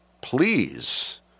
please